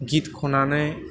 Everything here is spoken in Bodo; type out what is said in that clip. गित खन्नानै